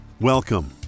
welcome